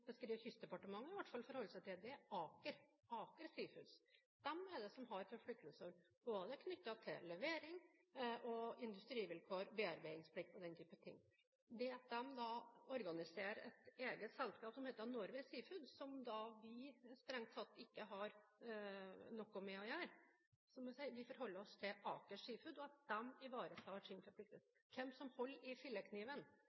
seg til, er Aker Seafoods. De er det som har forpliktelser både knyttet til levering, industrivilkår, bearbeidingsplikt og den type ting. Det at de organiserer et eget selskap som heter Norway Seafoods, har vi strengt tatt ikke noe med å gjøre. Som jeg sier – vi forholder oss til Aker Seafoods og at de ivaretar